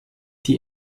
die